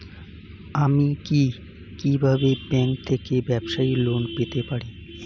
আমি কি কিভাবে ব্যাংক থেকে ব্যবসায়ী লোন পেতে পারি?